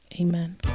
Amen